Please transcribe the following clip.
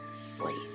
sleep